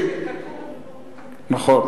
נחושת,